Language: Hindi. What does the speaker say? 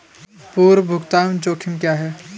पूर्व भुगतान जोखिम क्या हैं?